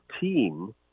team